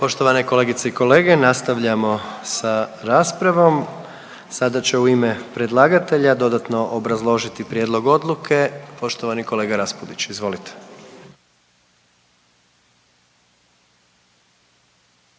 Poštovane kolegice i kolege, nastavljamo sa raspravom, sada će u ime predlagatelja dodatno obrazložiti prijedlog odluke poštovani kolega Raspudić, izvolite.